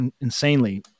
insanely